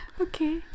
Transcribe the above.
Okay